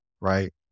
right